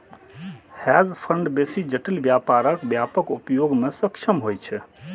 hedge fund बेसी जटिल व्यापारक व्यापक उपयोग मे सक्षम होइ छै